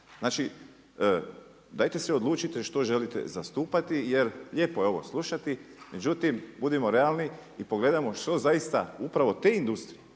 Znači, dajte se odlučite što želite zastupati, jer lijepo je ovo slušati. Međutim, budimo realni i pogledajmo što zaista upravo te industrije